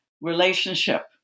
relationship